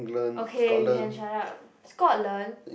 okay we can shut up Scotland